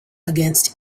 against